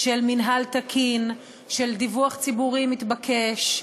של מינהל תקין, של דיווח ציבורי מתבקש,